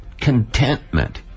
contentment